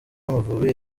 w’amavubi